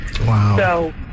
Wow